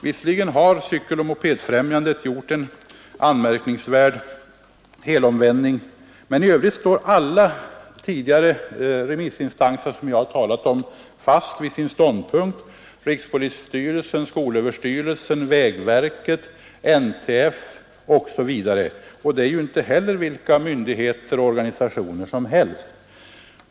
Visserligen har Cykeloch mopedfrämjandet gjort en anmärkningsvärd helomvändning, men i övrigt står alla remissinstanser som jag tidigare har talat om fast vid sin ståndpunkt — rikspolisstyrelsen, skolöverstyrelsen, vägverket, NTF osv. — och det är ju inte heller vilka myndigheter och organisationer som helst.